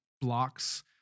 blocks